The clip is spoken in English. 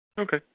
Okay